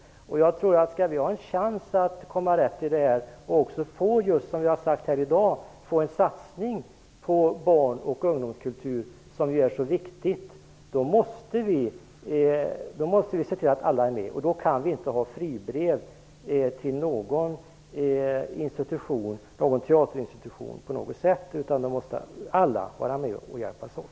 Om vi skall ha en chans att komma rätt i detta och få en satsning på barn och ungdomskultur måste vi se till att alla är med. Då kan vi inte ha fribrev till någon teaterinstitution, utan då måste alla vara med och hjälpas åt.